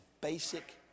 basic